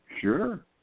Sure